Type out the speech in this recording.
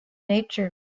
nature